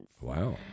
Wow